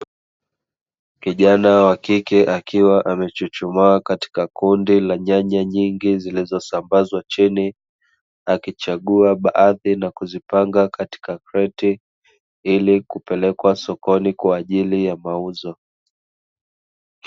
Kijana wa kike akiwa amechuchumaa katika kundi la nyanya nyingi zilizosambazwa chini, akichagua baadhi na kuzipanga katika kreti ilikupelekwa sokoni kwa ajili ya mauzo.